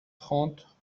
trente